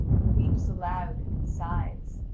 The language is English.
and weeps aloud and sighs.